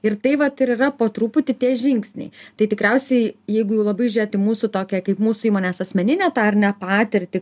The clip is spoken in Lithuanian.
ir tai vat ir yra po truputį tie žingsniai tai tikriausiai jeigu jau labai žiūėt į mūsų tokią kaip mūsų įmonės asmeninę tą ar ne patirtį